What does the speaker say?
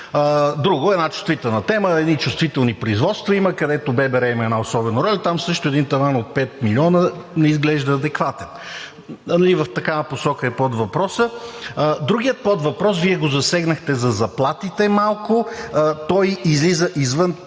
Друго, една чувствителна тема, едни чувствителни производства има, където ББР има особена роля. Там също един таван от 5 милиона не изглежда адекватен. В такава посока е подвъпросът. Другият подвъпрос Вие го засегнахте – за заплатите малко. Той излиза извън тесните